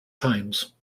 times